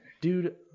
dude